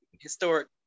historic